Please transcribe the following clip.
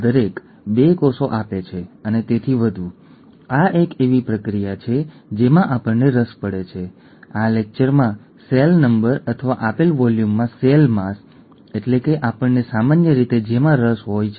આમ છતાં તે બધામાં જનીનોનો એક જ સમૂહ હોય છે જે આપણને આપણાં માતાપિતા પાસેથી વારસામાં મળ્યો છે